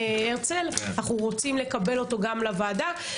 אנחנו רוצים לקבל אותו גם לוועדה.